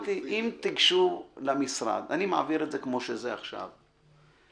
אעביר עכשיו את הנוסח כפי שהוא.